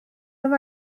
oedd